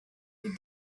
with